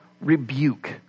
rebuke